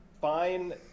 fine